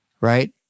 right